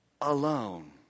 alone